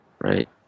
right